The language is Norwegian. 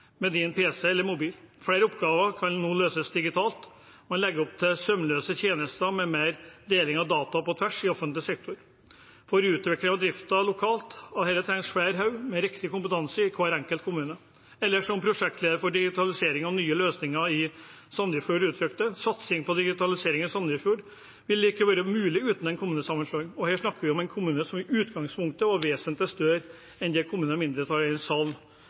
med pc eller mobil. Flere oppgaver kan nå løses digitalt. Man legger opp til sømløse tjenester med mer deling av data på tvers i offentlig sektor. For å utvikle og drifte dette lokalt trengs flere hoder med riktig kompetanse i hver enkelt kommune. Eller som prosjektlederen for digitalisering av nye løsninger i Sandefjord uttrykte det: «Satsing på digitalisering i Sandefjord vil ikke være mulig uten en kommunesammenslåing.» Her snakker vi om en kommune som i utgangspunktet var vesentlig større enn de kommunene mindretallet i denne salen